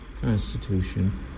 Constitution